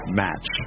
match